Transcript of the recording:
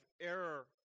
error